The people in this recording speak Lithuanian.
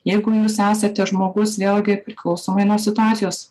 jeigu jūs esate žmogus vėlgi priklausomai nuo situacijos